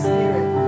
Spirit